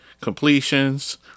completions